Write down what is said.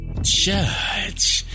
Judge